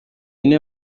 niwe